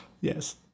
Yes